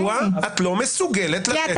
קארין, מדוע את לא מסוגלת לתת לי לדבר?